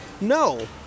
No